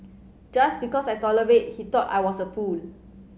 just because I tolerated he thought I was a fool